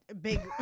big